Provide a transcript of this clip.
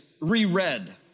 re-read